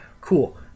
cool